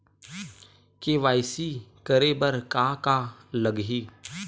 KYC करे बर का का लगही?